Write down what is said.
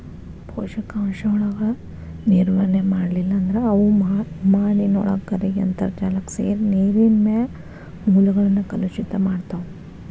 ಪೋಷಕಾಂಶಗಳ ನಿರ್ವಹಣೆ ಮಾಡ್ಲಿಲ್ಲ ಅಂದ್ರ ಅವು ಮಾನಿನೊಳಗ ಕರಗಿ ಅಂತರ್ಜಾಲಕ್ಕ ಸೇರಿ ನೇರಿನ ಮೂಲಗಳನ್ನ ಕಲುಷಿತ ಮಾಡ್ತಾವ